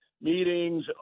meetings